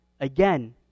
again